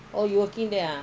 oh you are working there